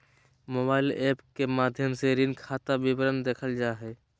mobile app के माध्यम से ऋण खाता विवरण देखल जा हय